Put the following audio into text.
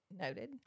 noted